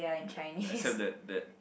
except that that